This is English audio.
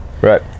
Right